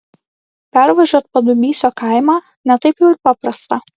pervažiuot padubysio kaimą ne taip jau ir paprasta